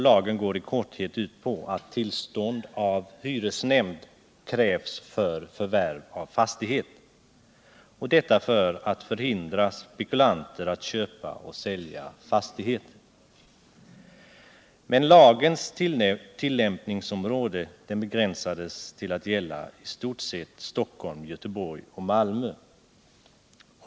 Lagen går i korthet ut på att tillstånd av hyresnämnd krävs för förvärv av fastighet, detta för att hindra spekulanter att köpa och sälja fastigheter. Men lagens tillämpningsområde begränsades till att i stort sett gälla Stockholm, Göteborg och Malmö.